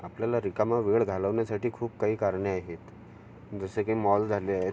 आपल्याला रिकामा वेळ घालवण्यासाठी खूप काही कारणे आहेत जसे की मॉल झाले आहेत